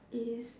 is